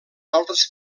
altres